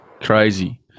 crazy